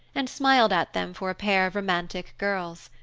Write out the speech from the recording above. and smiled at them for a pair of romantic girls.